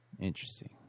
Interesting